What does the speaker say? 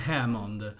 Hammond